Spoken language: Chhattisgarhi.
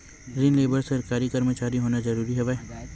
ऋण ले बर सरकारी कर्मचारी होना जरूरी हवय का?